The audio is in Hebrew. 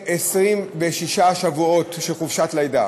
ל-26 שבועות של חופשת לידה,